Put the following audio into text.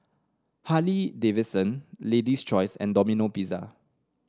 Harley Davidson Lady's Choice and Domino Pizza